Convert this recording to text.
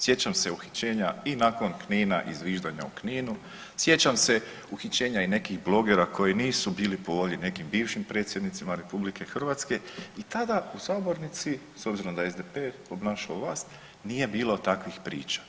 Sjećam se uhićenja i nakon Knina i zviždanja u Kninu, sjećam se uhićenja i nekih blogera koji nisu bili po volji nekim bivšim predsjednicima RH i tada u sabornici s obzirom da je SDP obnašao vlast nije bilo takvih priča.